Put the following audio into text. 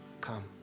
come